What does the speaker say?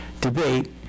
debate